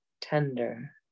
tender